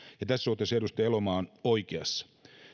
tässä suhteessa edustaja elomaa on oikeassa